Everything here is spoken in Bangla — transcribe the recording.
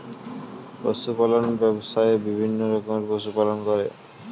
পশু পালন ব্যবসায়ে বিভিন্ন রকমের পশু পালন করে